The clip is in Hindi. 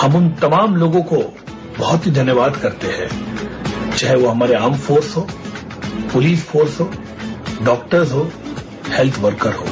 हम उन तमाम लोगों को बहुत ही धन्यवाद करते हैं चारे वो हमारे हम फोर्स हों पुलिस फोर्स हों डॉक्टर हों हैल्थ वर्कर हों